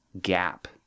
gap